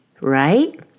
right